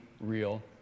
real